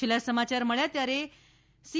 છેલ્લાં સમાચાર મબ્યા ત્યારે સી